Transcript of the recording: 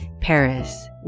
Paris